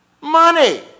Money